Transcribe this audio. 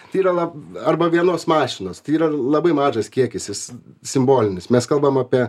tai yra lab arba vienos mašinos tai yra labai mažas kiekis jis simbolinis mes kalbam apie